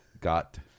got